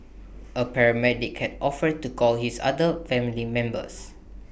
A paramedic had offered to call his other family members